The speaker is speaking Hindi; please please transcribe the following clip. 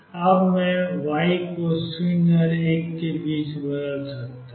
अब मैं y को 0 और 1 के बीच बदल सकता हूं